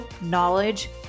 knowledge